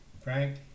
Frank